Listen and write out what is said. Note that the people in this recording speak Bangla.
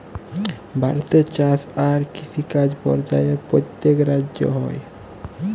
ভারতে চাষ আর কিষিকাজ পর্যায়ে প্যত্তেক রাজ্যে হ্যয়